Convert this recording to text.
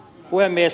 puhemies